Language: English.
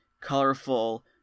colorful